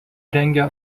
rengia